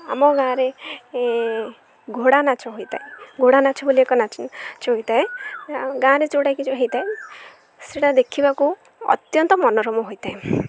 ଆମ ଗାଁରେ ଘୋଡ଼ା ନାଚ ହୋଇଥାଏ ଘୋଡ଼ା ନାଚ ବୋଲି ଏକ ନାଚ ନାଚ ହୋଇଥାଏ ଗାଁରେ ଯେଉଁଟା କି ଯେଉଁ ହୋଇଥାଏ ସେଟା ଦେଖିବାକୁ ଅତ୍ୟନ୍ତ ମନୋରମ ହୋଇଥାଏ